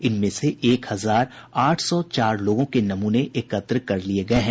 इनमें से एक हजार आठ सौ चार लोगों के नमूने एकत्र कर लिये गये हैं